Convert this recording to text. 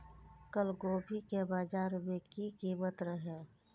कल गोभी के बाजार में की कीमत रहे?